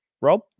Rob